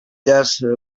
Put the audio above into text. دست